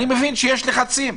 אני מבין שיש לחצים,